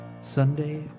Sunday